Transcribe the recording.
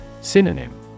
Synonym